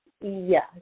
Yes